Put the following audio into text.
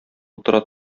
утыра